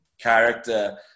character